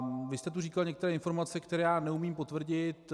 Vy jste tu říkal některé informace, které já neumím potvrdit.